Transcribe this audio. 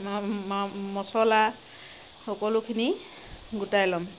মচলা সকলোখিনি গোটাই ল'ম